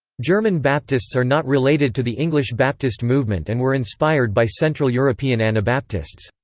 german baptists are not related to the english baptist movement and were inspired by central european anabaptists.